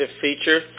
feature